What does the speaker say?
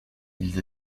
ils